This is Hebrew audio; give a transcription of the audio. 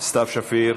סתיו שפיר,